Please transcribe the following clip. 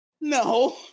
No